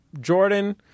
Jordan